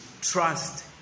trust